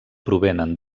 provenen